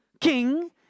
king